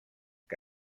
que